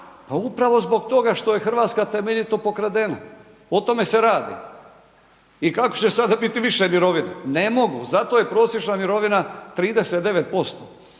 Pa upravo zbog toga što je Hrvatska temeljito pokradena. O tome se radi. I kako će sada biti više mirovine? Ne mogu, zato je prosječna mirovina 39%.